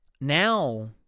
Now